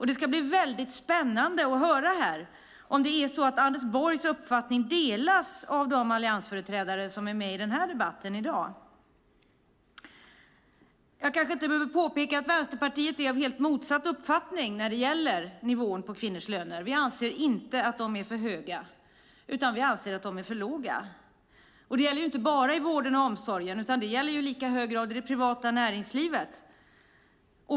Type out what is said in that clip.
Det ska bli väldigt spännande att höra om Anders Borgs uppfattning delas av de alliansföreträdare som är med i debatten här i dag. Jag behöver kanske inte påpeka att Vänsterpartiet är av helt motsatt uppfattning när det gäller nivån på kvinnors löner. Vi anser inte att de lönerna är för höga. Vi anser i stället att de är för låga. Det gäller inte bara i vården och omsorgen utan i lika hög grad i det privata näringslivet.